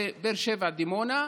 שזה באר שבע דימונה,